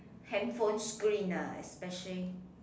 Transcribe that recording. handphone screen ah especially